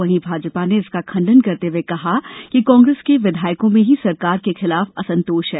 वहीं भाजपा ने इसका खंडन करते हए कहा कि कांग्रेस के विधायकों में ही सरकार के खिलाफ असंतोष है